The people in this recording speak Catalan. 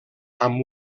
amb